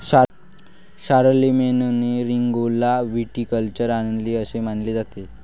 शारलेमेनने रिंगौला व्हिटिकल्चर आणले असे मानले जाते